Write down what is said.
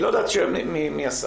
היא לא יודעת מי עשה.